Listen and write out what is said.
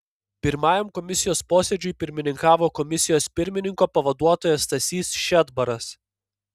pirmajam komisijos posėdžiui pirmininkavo komisijos pirmininko pavaduotojas stasys šedbaras